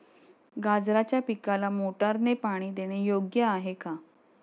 गाजराच्या पिकाला मोटारने पाणी देणे योग्य आहे का?